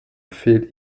fehlt